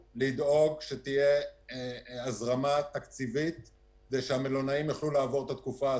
לדאוג שתהיה הזרמה תקציבית כדי שהמלונאים יוכלו לעבור את התקופה הזאת.